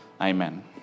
Amen